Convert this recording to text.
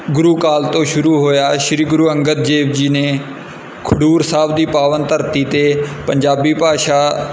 ਗੁਰੂ ਕਾਲ ਤੋਂ ਸ਼ੁਰੂ ਹੋਇਆ ਸ਼੍ਰੀ ਗੁਰੂ ਅੰਗਦ ਦੇਵ ਜੀ ਨੇ ਖਡੂਰ ਸਾਹਿਬ ਦੀ ਪਾਵਨ ਧਰਤੀ 'ਤੇ ਪੰਜਾਬੀ ਭਾਸ਼ਾ